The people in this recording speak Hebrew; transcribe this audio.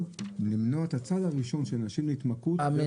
למנוע את הצעד הראשון מאנשים להתמכרות במפעל הפיס.